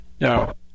Now